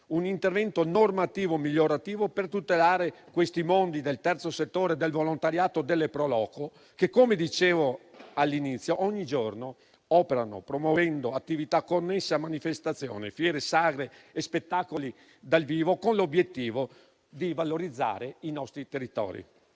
un intervento normativo migliorativo per tutelare questi mondi del terzo settore, del volontariato e delle pro loco che, come dicevo all'inizio, ogni giorno operano promuovendo attività connesse a manifestazioni, fiere, sagre e spettacoli dal vivo, con l'obiettivo di valorizzare i nostri territori.